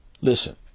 listen